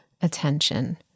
attention